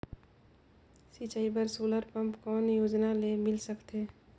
सिंचाई बर solar pump कौन योजना ले मिल सकथे?